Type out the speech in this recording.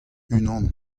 unan